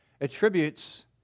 attributes